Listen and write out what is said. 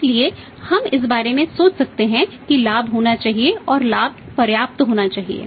इसलिए हम इस बारे में सोच सकते हैं कि लाभ होना चाहिए और लाभ पर्याप्त होना चाहिए